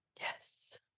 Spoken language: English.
yes